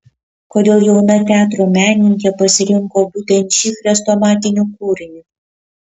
kodėl jauna teatro menininkė pasirinko būtent šį chrestomatinį kūrinį